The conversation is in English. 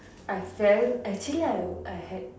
I fell I actually I would I had